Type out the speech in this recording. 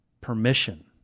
permission